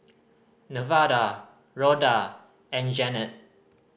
Nevada Rhoda and Jeanette